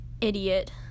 idiot